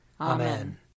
Amen